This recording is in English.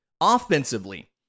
Offensively